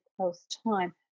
post-time